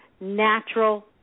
natural